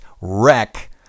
wreck